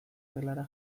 gelara